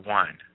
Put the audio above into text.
one